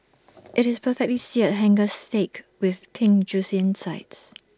IT is perfectly Seared Hanger Steak with pink Juicy insides